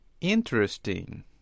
Interesting